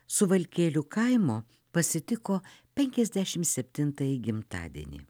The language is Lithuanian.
suvalkėlių kaimo pasitiko penkiasdešimt septintąjį gimtadienį